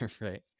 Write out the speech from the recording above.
right